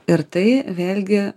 ir tai vėlgi